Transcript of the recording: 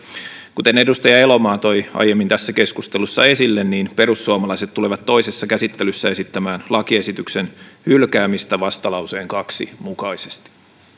kuten edustaja elomaa toi aiemmin tässä keskustelussa esille perussuomalaiset tulevat toisessa käsittelyssä esittämään lakiesityksen hylkäämistä vastalauseen kaksi mukaisesti